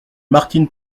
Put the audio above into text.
martine